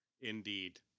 indeed